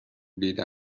دیده